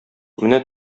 менә